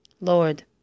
Lord